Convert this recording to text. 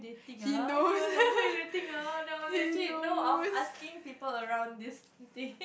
dathing ah he was like who are you dating ah then I'm like shit no I'm asking people around this thing